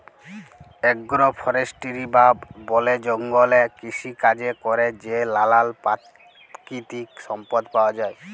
agro forestry বা বলে জঙ্গলে কৃষিকাজে ক্যরে যে লালাল পাকিতিক সম্পদ পাউয়া যায়